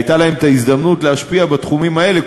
הייתה להם ההזדמנות להשפיע בתחומים האלה,